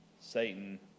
Satan